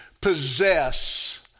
possess